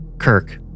Kirk